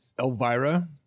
elvira